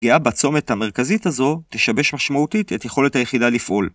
‫פגיעה בצומת המרכזית הזו תשבש משמעותית ‫את יכולת היחידה לפעול.